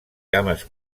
cames